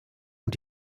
und